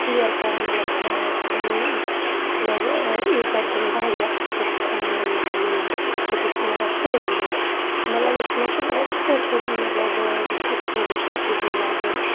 care کَران مَطلَب خَیال تھاوان مَطلَب عِزَت دِوان واریاہ اکھ أکِس پانہٕ ؤنۍ مَطلَب ییٚمہِ ڈِسٹرکٕکۍ مےٚ باسان سٲری لٕکھ مَطلَب یَتھ مَنٛز چھُ مَطلَب سٲرسٕے مَطلَب ڈِسٹرکَس مَنٛزٕے چھُ یِہے ماحول